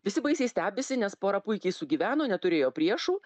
visi baisiai stebisi nes pora puikiai sugyveno neturėjo priešų